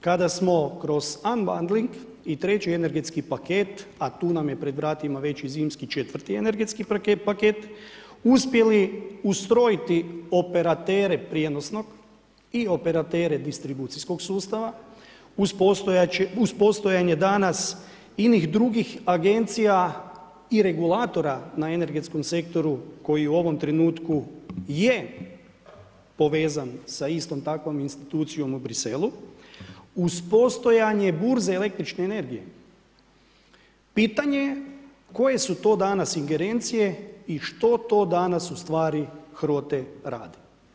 kada smo kroz … i treći energetski paket a tu nam je pred vratima već i zimski četvrti energetski paket, uspjeli ustrojiti operatere prijenosnog i operatere distribucijskog sustava uz postojanje danas inih drugih agencija i regulatora na energetskom sektoru koji u ovom trenutku je povezan sa istom takvom institucijom u Bruxellesu uz postojanje burze električne energije, pitanje je koje su to danas ingerencije i što to danas ustvari HROTE radi.